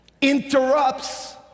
interrupts